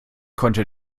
konnte